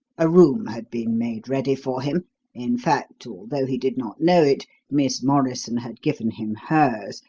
a room had been made ready for him in fact, although he did not know it miss morrison had given him hers,